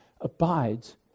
abides